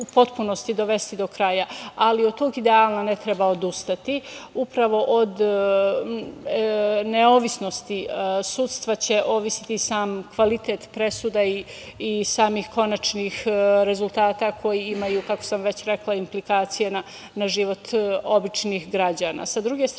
u potpunosti dovesti do kraja, ali od tog ideala ne treba odustati. Upravo od nezavisnosti sudstva će zavisiti i sam kvalitet presuda i samih konačnih rezultata koji imaju, kako sam već rekla, implikacije na život običnih građana. Sa